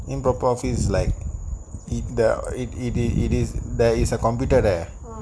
improper office is like it the it it it it is there is a computer there